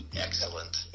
Excellent